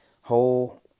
whole